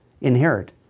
inherit